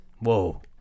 Whoa